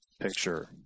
picture